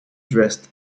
dressed